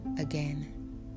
again